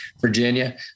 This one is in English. Virginia